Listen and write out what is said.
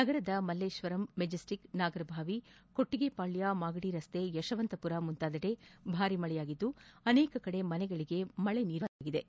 ನಗರದ ಮಲ್ಲೇಶ್ವರ ಮೆಜೆಸ್ಸಿಕ್ ನಾಗರಭಾವಿ ಕೊಟ್ಸಿಗೆಪಾಳ್ಸ ಮಾಗಡಿರಸ್ತೆ ಯಶವಂತಮರ ಮುಂತಾದೆಡೆ ಭಾರಿ ಮಳೆಯಾಗಿದ್ದು ಆನೇಕ ಕಡೆ ಮನೆಗಳಿಗೆ ಮಳೆ ನೀರು ನುಗ್ಗಿದ ವರದಿಯಾಗಿದೆ